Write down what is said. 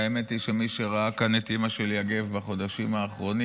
והאמת היא שמי שראה כאן את אימא של יגב בחודשים האחרונים,